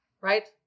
Right